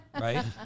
Right